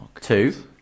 Two